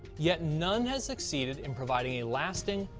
yet none has succeeded in providing a lasting,